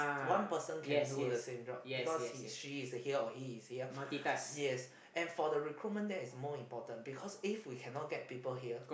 one person can do the same job because he she is here or he is here yes and for the recruitment there is more important because if we can not get people here